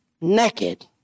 naked